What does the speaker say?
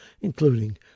including